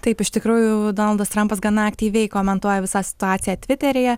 taip iš tikrųjų donaldas trampas gana aktyviai komentuoja visą situaciją tviteryje